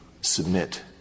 submit